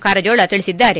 ಕಾರಜೋಳ ತಿಳಿಸಿದ್ದಾರೆ